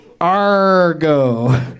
Argo